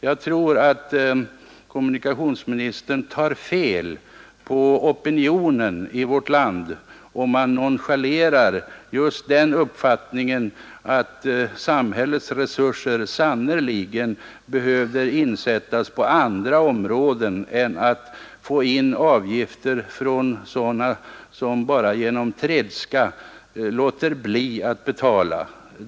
Jag tror att kommunikationsministern tar fel på opinionen i vårt land, om han nonchalerar just den uppfattningen att samhällets resurser sannerligen behöver sättas in på andra områden än där det gäller att få in avgifter från sådana som bara genom tredska låter bli att betala.